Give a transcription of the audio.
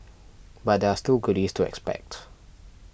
but there are still goodies to expect